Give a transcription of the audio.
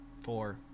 four